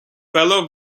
fellow